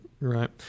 Right